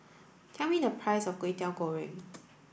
tell me the price of Kway Teow Goreng